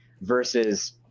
versus